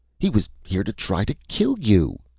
he was here to try to kill you!